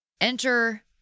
Enter